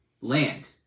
land